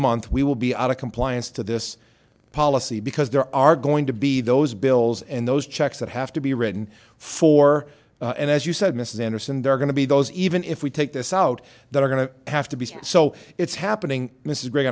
month we will be out of compliance to this policy because there are going to be those bills and those checks that have to be written for and as you said mrs anderson they're going to be those even if we take this out that are going to have to be so it's happening this is gre